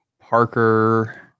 Parker